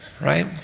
Right